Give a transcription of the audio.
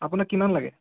আপোনাক কিমান লাগে